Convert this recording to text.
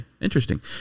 Interesting